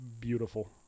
beautiful